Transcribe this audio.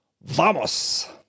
Vamos